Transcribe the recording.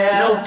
no